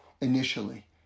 initially